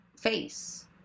face